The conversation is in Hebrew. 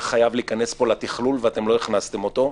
חייב להיכנס פה לתכלול ולא הכנסתם אותו.